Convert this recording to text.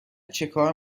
چکار